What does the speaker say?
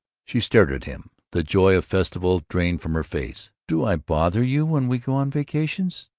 she stared at him, the joy of festival drained from her face. do i bother you when we go on vacations?